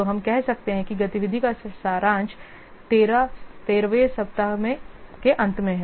तो हम कह सकते हैं कि गतिविधि का सारांश 13 वें सप्ताह के अंत में है